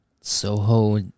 Soho